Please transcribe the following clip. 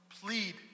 Plead